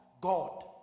God